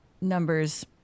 numbers